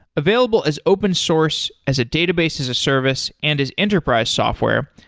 available as open source as a database as a service and as enterprise software,